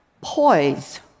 poise